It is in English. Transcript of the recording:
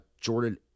Jordan